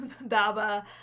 baba